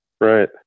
Right